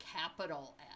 capital